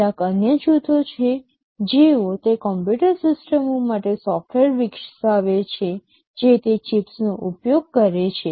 કેટલાક અન્ય જૂથો છે જેઓ તે કમ્પ્યુટર સિસ્ટમો માટે સોફ્ટવેર વિકસાવે છે જે તે ચિપ્સનો ઉપયોગ કરે છે